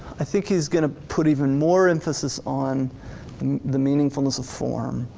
i think he's gonna put even more emphasis on the meaningfulness of form.